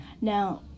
Now